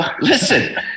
listen